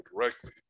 directly